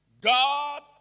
God